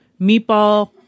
meatball